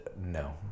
no